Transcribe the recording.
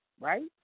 right